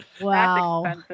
Wow